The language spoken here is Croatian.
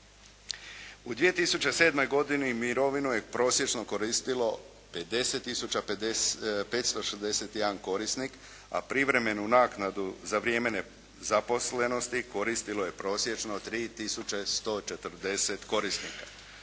U 2007. godini mirovinu je prosječno koristilo 50 tisuća 561 korisnik, a privremenu naknadu za vrijeme nezaposlenosti koristilo je prosječno 3 tisuće 140 korisnika.